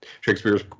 Shakespeare's